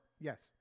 yes